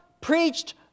preached